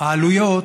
העלויות,